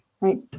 Right